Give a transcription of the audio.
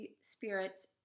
spirits